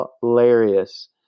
hilarious